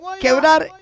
quebrar